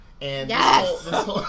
Yes